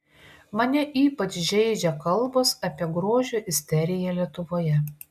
mane ypač žeidžia kalbos apie grožio isteriją lietuvoje